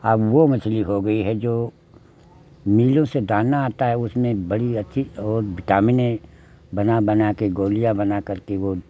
अब वह मछली हो गई है जो मिलों से दाना आता है उसने बड़ी अच्छी और बिटामिन है बना बनाकर गोलियाँ बना कर के वह